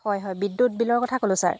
হয় হয় বিদ্যুত বিলৰ কথা ক'লোঁ ছাৰ